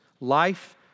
life